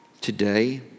today